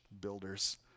builders